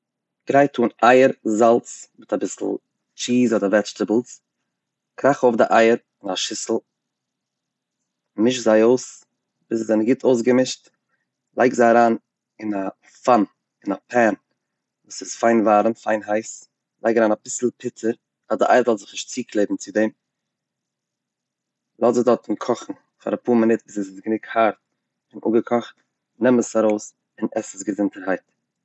גרייט אן אייער, זאלץ מיט אביסל טשיז אדער וועדזשטעבלס, קראך אויף די אייער אין א שיסל, מיש זיי אויס ביז זיי זענען גוט אויסגעמישט, לייג זיי אריין אין א פאן, אין א פען וואס איז פיין ווארעם, פיין הייס, לייג אריין אביסל פוטער אז די אייער זאל זיך נישט צוקלעבן צו דעם, לאז עס דארטן קאכן פאר אפאר מינוט ביז ס'איז גענוג הארט און אפגעקאכט, נעם עס ארויס און עס עס געזונטערהייט.